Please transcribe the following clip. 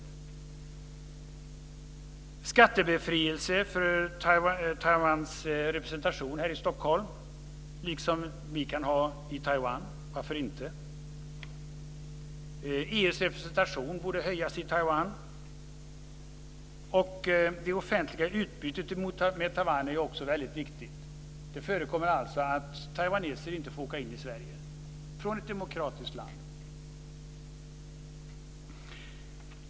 Vi föreslår också skattebefrielse för Taiwans representation här i Stockholm, liksom vi kan ha det i Taiwan - varför inte? EU:s representation borde förstärkas i Taiwan. Det offentliga utbytet med Taiwan är också väldigt viktigt. Det förekommer alltså att taiwaneser inte får åka in i Sverige, från ett demokratiskt land.